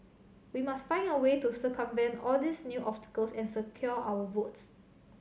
we must find a way to circumvent all these new obstacles and secure our votes